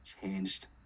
changed